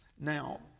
Now